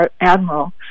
admiral